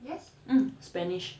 hmm spanish